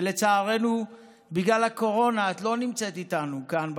שלצערנו בגלל הקורונה את לא נמצאת איתנו כאן בכנסת,